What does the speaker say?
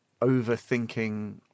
overthinking